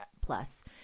plus